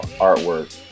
artwork